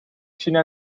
china